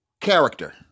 character